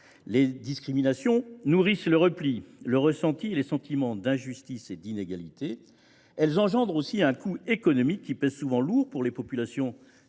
Les discriminations nourrissent le repli, le ressentiment et les sentiments d’injustice et d’inégalité. Elles engendrent un coût économique, qui pèse souvent lourd pour des populations